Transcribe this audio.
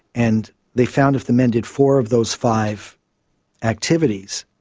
and they found if the men did four of those five activities,